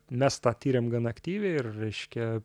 mes tą tyrėm gana aktyviai ir reiškia